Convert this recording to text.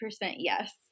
yes